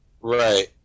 Right